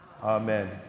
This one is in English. Amen